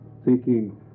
seeking